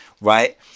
right